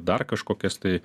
dar kažkokias tai